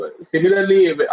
Similarly